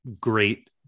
great